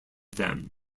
them